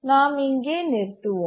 நாம் இங்கே நிறுத்துவோம்